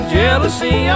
jealousy